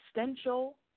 existential